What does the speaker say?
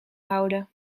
houden